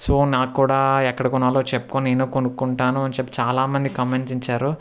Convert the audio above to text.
so నాకు కూడా ఎక్కడ కొనాలో చెప్పు నేనూ కొనుక్కుంటాను అని చెప్పి చాలా మంది కామెంట్స్ ఇచ్చారు